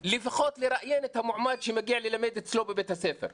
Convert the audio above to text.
לפחות לראיין את המועמד שמגיע ללמד אצלו בבית הספר.